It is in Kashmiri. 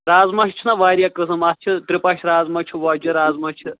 رازما چھُنہ واریاہ قٕسٕم اَتھ چھِ تِرٛپَش رازما چھُ وۄزجہِ رازما چھِ